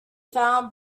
found